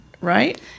right